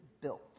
built